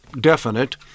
definite